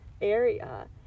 area